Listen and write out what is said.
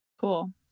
Cool